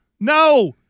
No